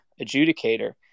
adjudicator